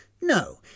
No